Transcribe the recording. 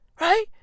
right